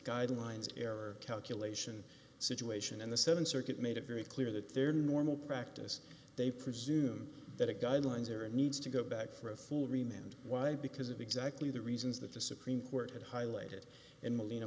guidelines error calculation situation and the th circuit made it very clear that their normal practice they presume that a guidelines or a needs to go back for a full remained why because of exactly the reasons that the supreme court had highlighted in molin